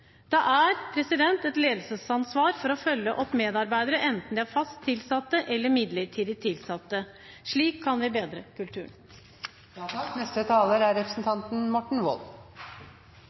Det er et ledelsesansvar å følge opp medarbeidere enten de er fast tilsatte eller midlertidig tilsatte – slik kan vi bedre